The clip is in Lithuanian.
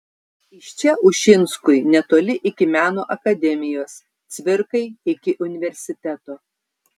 iš čia ušinskui netoli iki meno akademijos cvirkai iki universiteto